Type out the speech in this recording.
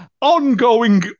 Ongoing